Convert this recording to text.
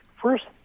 First